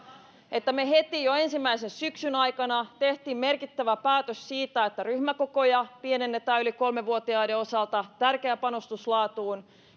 että me heti jo ensimmäisen syksyn aikana teimme merkittävän päätöksen siitä että ryhmäkokoja pienennetään yli kolme vuotiaiden osalta tärkeä panostus laatuun